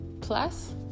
plus